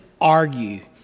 argue